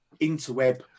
interweb